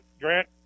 Grant